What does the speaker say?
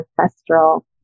ancestral